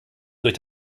durch